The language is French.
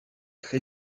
très